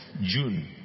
June